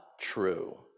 true